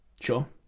sure